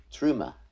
Truma